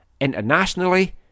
Internationally